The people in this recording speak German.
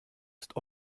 ist